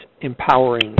empowering